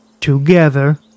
together